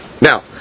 Now